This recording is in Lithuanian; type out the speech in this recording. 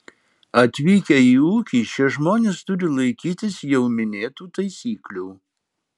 atvykę į ūkį šie žmonės turi laikytis jau minėtų taisyklių